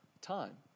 time